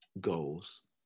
goals